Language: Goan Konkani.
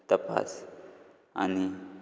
तपास आनी